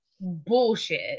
bullshit